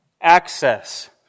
access